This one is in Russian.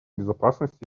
безопасности